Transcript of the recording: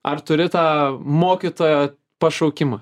ar turi tą mokytojo pašaukimą